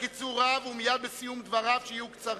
ומייד בסיום דבריו, שיהיו קצרים,